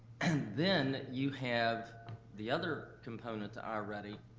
then you have the other component to um i-ready,